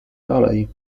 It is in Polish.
dalej